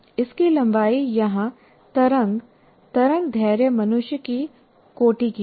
इसकी लंबाई यहाँ तरंग तरंगदैर्घ्य मनुष्य की कोटि की है